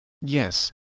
Yes